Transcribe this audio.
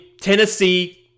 Tennessee